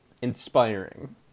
inspiring